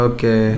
Okay